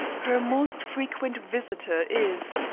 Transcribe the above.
her most frequent visitor is,